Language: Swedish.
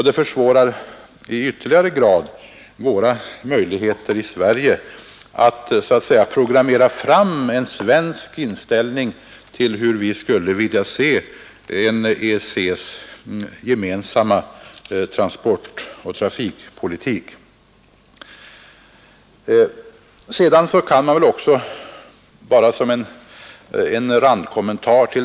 Det inskränker ytterligare våra möjligheter i Sverige att så att säga programmera fram hur vi skulle vilja se en EEC:s gemensamma transportoch trafikpolitik. Sedan en randkommentar!